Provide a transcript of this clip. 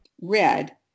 Red